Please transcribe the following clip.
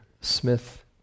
Smith